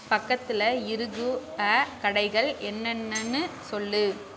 பக்கத்தில் இருகூ அ கடைகள் என்னென்று சொல்